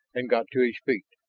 and got to his feet.